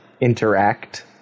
interact